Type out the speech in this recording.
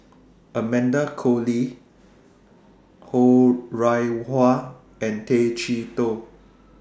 Amanda Koe Lee Ho Rih Hwa and Tay Chee Toh